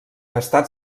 estat